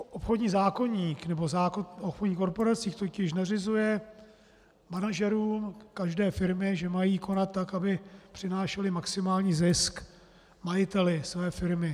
Obchodní zákoník nebo zákon o obchodních korporacích totiž nařizuje manažerům každé firmy, že mají konat tak, aby přinášeli maximální zisk majiteli své firmy.